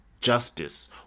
justice